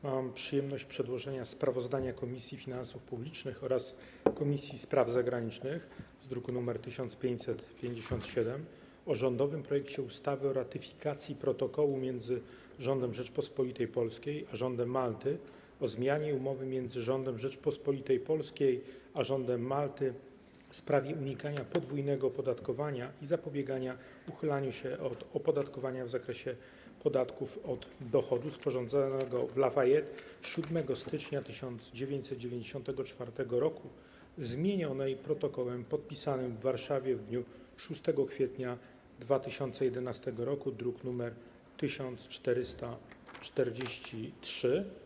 Mam przyjemność przedłożenia sprawozdania Komisji Finansów Publicznych oraz Komisji Spraw Zagranicznych z druku nr 1557 o rządowym projekcie ustawy o ratyfikacji Protokołu między Rządem Rzeczypospolitej Polskiej a Rządem Malty o zmianie Umowy między Rządem Rzeczypospolitej Polskiej a Rządem Malty w sprawie unikania podwójnego opodatkowania i zapobiegania uchylaniu się od opodatkowania w zakresie podatków od dochodu, sporządzonej w La Valetta 7 stycznia 1994 roku, zmienionej Protokołem podpisanym w Warszawie w dniu 6 kwietnia 2011 roku, druk nr 1443.